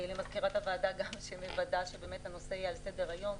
גם למנהלת הוועדה שמוודאת שהנושא יהיה על סדר-היום.